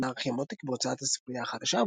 "אנרכיה מותק" בהוצאת "הספרייה החדשה",